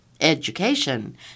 education